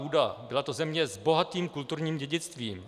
Byla to země s bohatým kulturním dědictvím.